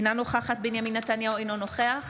אינה נוכחת בנימין נתניהו, אינו נוכח